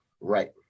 right